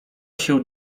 się